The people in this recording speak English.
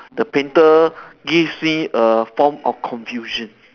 the painter gives me a form of confusion